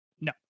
No